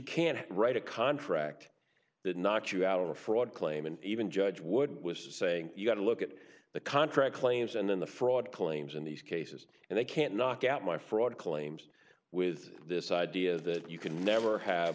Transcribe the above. can't write a contract that knocks you out of a fraud claim and even judge wood was saying you got to look at the contract claims and then the fraud claims in these cases and they can't knock out my fraud claims with this idea that you can never have